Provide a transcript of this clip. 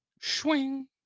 Swing